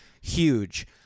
Huge